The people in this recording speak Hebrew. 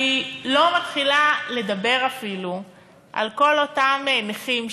אני לא מתחילה לדבר אפילו על כל אותם נכים,